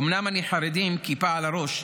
אומנם אני חרדי עם כיפה על הראש,